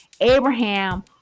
Abraham